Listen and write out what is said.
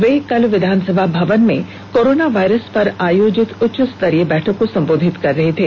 वे कल विधानसभा भवन में कोरोना वायरस पर आयोजित उच्च स्तरीय बैठक को संबोधित कर रहे थे